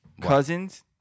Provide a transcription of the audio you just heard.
Cousins